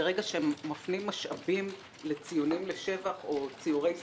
ברגע שמפנים משאבים לציונים לשבח או לציורי סמיילי,